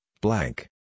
blank